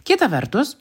kita vertus